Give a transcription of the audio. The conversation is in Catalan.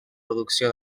producció